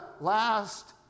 last